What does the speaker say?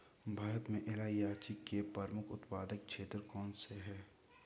भारत में इलायची के प्रमुख उत्पादक क्षेत्र कौन से हैं?